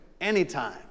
anytime